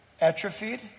atrophied